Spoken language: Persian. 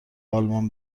آلمان